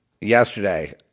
Yesterday